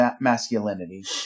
masculinity